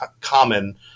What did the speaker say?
common